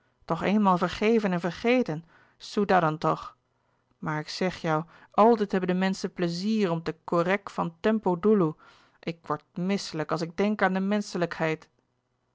eenmaal vergheven en vergheten soedah nou toch maar ik seg jou altijd hebben de menschen plezier om te korèk van tempo doeloe ik word misselijk als ik denk aan de menselijkgheid